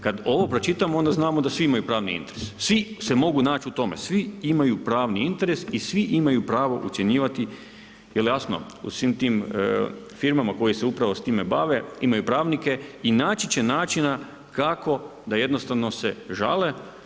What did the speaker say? Kada ovo pročitamo onda znamo da svi imaju pravni interes, svi se mogu naći u tome, svi imaju pravni interes i svi imaju pravo ucjenjivati, je li jasno, u svim tim firmama koje se upravo sa time bave, imaju pravnike i naći će načina kako da jednostavno se žale.